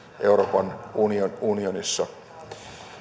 euroopan unionissa